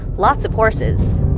lots of horses